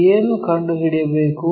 ಏನು ಕಂಡುಹಿಡಿಯಬೇಕು